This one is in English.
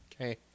Okay